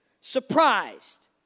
surprised